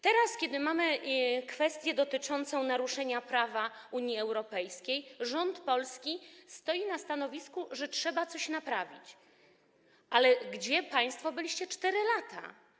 Teraz, kiedy mamy kwestie dotyczącą naruszenia prawa Unii Europejskiej, rząd Polski stoi na stanowisku, że trzeba coś naprawić, ale gdzie państwo byliście przez 4 lata?